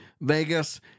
Vegas